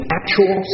actual